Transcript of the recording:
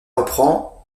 reprend